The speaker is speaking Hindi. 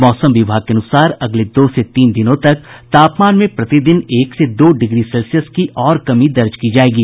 मौसम विभाग के अनुसार अगले दो से तीन दिनों तक तापमान में प्रतिदिन एक से दो डिग्री सेल्सियस की और कमी दर्ज की जायेगी